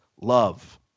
love